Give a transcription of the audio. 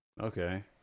Okay